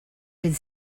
could